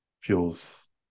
fuels